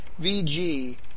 VG